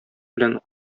белән